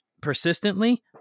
persistently